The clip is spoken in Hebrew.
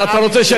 צא ולמד,